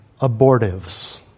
abortives